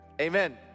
Amen